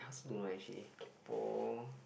I also don't know leh she kaypoh